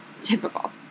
Typical